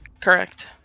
correct